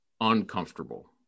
uncomfortable